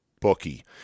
bookie